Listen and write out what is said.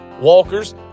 walkers